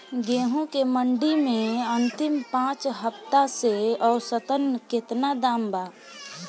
गेंहू के मंडी मे अंतिम पाँच हफ्ता से औसतन केतना दाम बा?